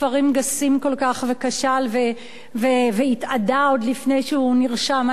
כל כך וכשל והתאדה עוד לפני שהוא נרשם על הנייר,